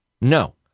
no